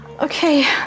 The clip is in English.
Okay